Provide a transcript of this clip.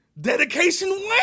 Dedication